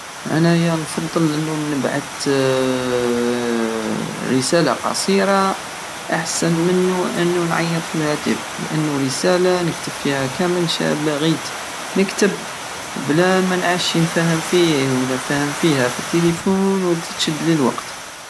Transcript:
انايا نفضل انو نبعت رسالة قصيرة احسن منو انو نعيط في الهاتف لانو الرسالة نكتب فيها كامل شابغيت نكتب بلا ما نعشي نفهم فيه ولا نفهم فيها في التليفون وتشدلي الوقت